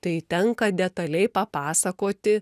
tai tenka detaliai papasakoti